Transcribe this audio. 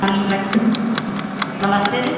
हाँ जी नमस्ते नमस्ते